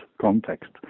context